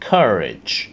Courage